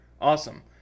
Awesome